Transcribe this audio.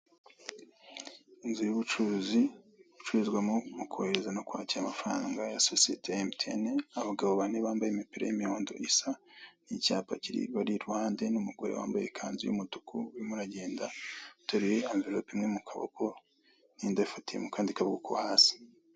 Inzu y'ubucuruzi icuruzwamo mu kohereza no kwakira amafaranga ya sosiyeteya Mtn, abagabo bane bambaye imipira y'imihondo isa nicyapa kiri bari iruhande n'umugore wambaye ikanzu y'umutuku urimo uragenda ateruye amvirope imwe mu kaboko n'indi ayifatiye mu kandi kaboko ko hasi.